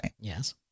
Yes